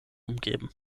umgeben